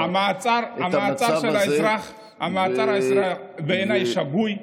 המעצר של האזרח הוא בעיניי שגוי.